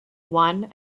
one